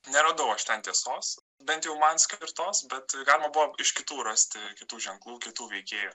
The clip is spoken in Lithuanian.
neradau aš ten tiesos bent jau man skirtos bet galima buvo iš kitų rasti kitų ženklų kitų veikėjų